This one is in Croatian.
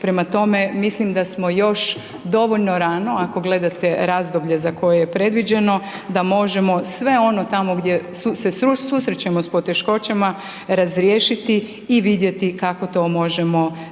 prema tome, mislim da smo još dovoljno rano, ako gledate razdoblje za koje je predviđeno, da možemo sve ono tamo gdje se susrećemo s poteškoćama razriješiti i vidjeti kako to možemo napraviti.